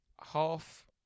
half